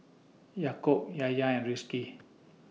Yaakob and Rizqi